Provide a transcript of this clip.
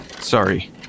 Sorry